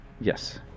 Yes